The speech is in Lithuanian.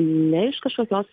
ne iš kažkokios